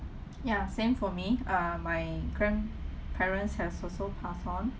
ya same for me uh my grandparents has also passed on